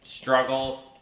struggle